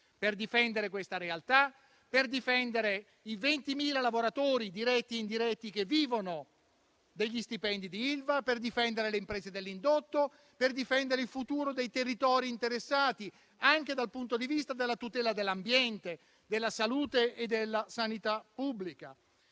per difendere questa realtà, per difendere i 20.000 lavoratori diretti e indiretti che vivono degli stipendi di Ilva, per difendere le imprese dell'indotto, per difendere il futuro dei territori interessati anche dal punto di vista della tutela dell'ambiente, della salute e della sanità pubblica.